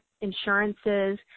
insurances